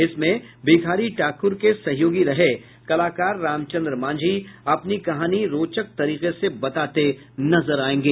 इसमें भिखारी ठाकुर के सहयोगी रहे कलाकार रामचन्द्र मांझी अपनी कहानी रोचक तरीके से बताते नजर आयेंगे